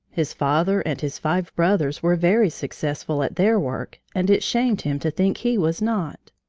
his father and his five brothers were very successful at their work and it shamed him to think he was not.